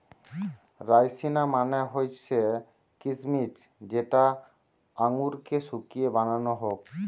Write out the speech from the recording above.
রাইসিনা মানে হৈসে কিছমিছ যেটা আঙুরকে শুকিয়ে বানানো হউক